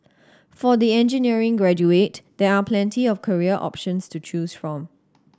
for the engineering graduate there are plenty of career options to choose from